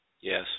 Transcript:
Yes